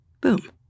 Boom